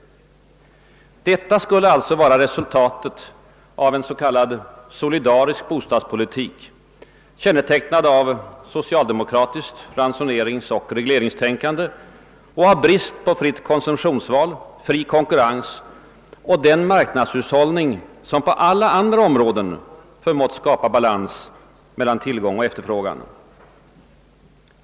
Detta skulle alltså vara resultatet av en s.k. solidarisk bostadspolitik, kännetecknad av socialdemokratisk ransoneringsoch regleringstänkande och av brist på fritt konsumtionsval, fri konkurrens och den planhushållning, som på alla andra områden förmått skapa balans mellan tillgång och efterfrågan.